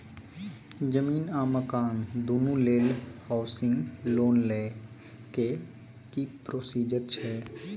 जमीन आ मकान दुनू लेल हॉउसिंग लोन लै के की प्रोसीजर छै?